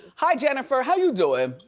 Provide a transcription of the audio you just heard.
hi jennifer, how you doing?